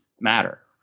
matter